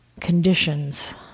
conditions